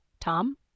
Tom